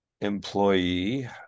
employee